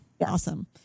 Awesome